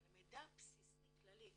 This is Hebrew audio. אבל מידע בסיסי כללי,